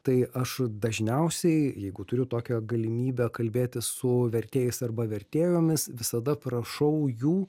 tai aš dažniausiai jeigu turiu tokią galimybę kalbėtis su vertėjais arba vertėjomis visada prašau jų